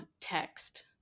text